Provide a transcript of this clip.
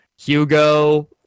hugo